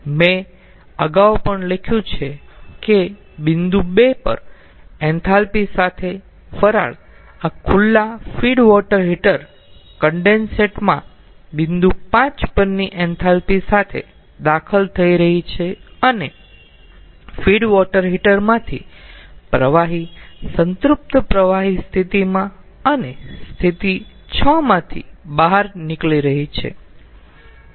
મેં અગાઉ પણ લખ્યું છે કે બિંદુ 2 પર એન્થાલ્પી સાથે વરાળ આ ખુલ્લા ફીડ વોટર હીટર કન્ડેન્સેટ માં બિંદુ 5 પરની એન્થાલ્પી સાથે દાખલ થઈ રહી છે અને ફીડ વોટર હીટર માંથી પ્રવાહી સંતૃપ્ત પ્રવાહી સ્થિતિમાં અને સ્થિતિ 6 માંથી બહાર નીકળી રહી છે